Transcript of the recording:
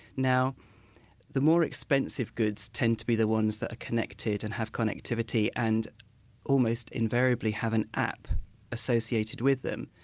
now the more expensive goods tend to be the ones that are connected and have connectivity and almost invariably have an app associated with them.